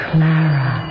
Clara